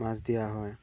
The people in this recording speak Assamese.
মাছ দিয়া হয়